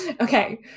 Okay